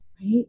right